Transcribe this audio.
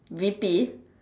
V_P